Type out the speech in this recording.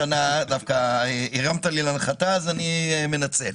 הרמת לי להנחתה, אז אני מנצל.